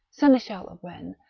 seneschal of rennes,